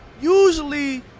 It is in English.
Usually